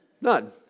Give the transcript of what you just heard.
None